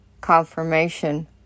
confirmation